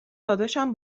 داداشم